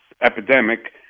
epidemic